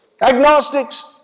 agnostics